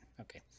Okay